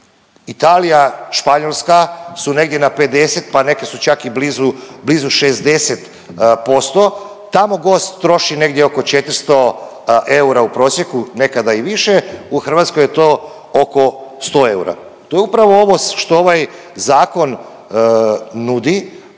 Italija, Španjolska su negdje na 50, pa neke su čak i blizu, blizu 60%. Tamo gost troši negdje oko 400 eura u prosjeku, nekada i više, u Hrvatskoj je to oko 100 eura. To je upravo ovo što ovaj zakon nudi